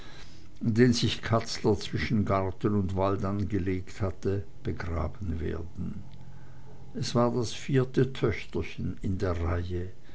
den sich katzler zwischen garten und wald angelegt hatte begraben werden es war das vierte töchterchen in der reihe